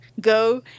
Go